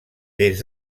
des